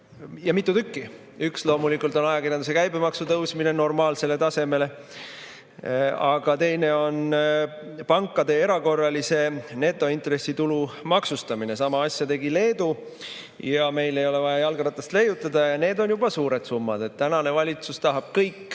ja mitu tükki. Üks loomulikult on ajakirjanduse käibemaksu tõstmine normaalsele tasemele, aga teine on pankade erakorralise netointressitulu maksustamine. Sama asja tegi Leedu ja meil ei ole vaja jalgratast leiutada. Need on juba suured summad. Tänane valitsus tahab kõik